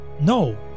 No